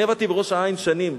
אני עבדתי בראש-העין שנים,